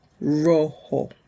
rojo